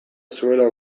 zuela